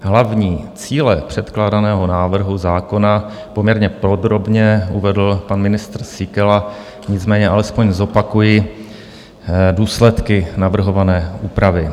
Hlavní cíle předkládaného návrhu zákona poměrně podrobně uvedl pan ministr Síkela, nicméně alespoň zopakuji důsledky navrhované úpravy.